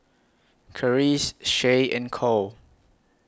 Charisse Shay and Kole